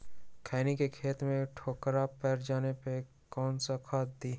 खैनी के खेत में ठोकरा पर जाने पर कौन सा खाद दी?